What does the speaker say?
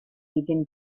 begin